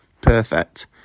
Perfect